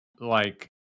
like-